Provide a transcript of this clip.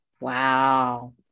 Wow